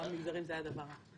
פעם נגזרים היה דבר רע.